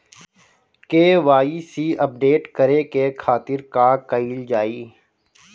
KYC update करे के खातिर का कइल जाइ?